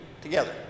together